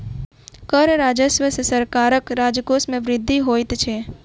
कर राजस्व सॅ सरकारक राजकोश मे वृद्धि होइत छै